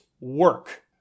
work